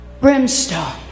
Brimstone